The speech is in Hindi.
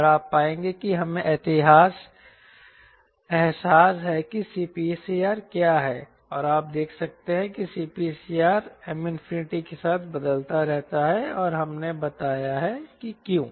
और आप पाएंगे कि हमें एहसास है कि CPCR क्या है और आप देख सकते हैं कि CPCR M के साथ बदलता रहता है और हमने बताया है कि क्यों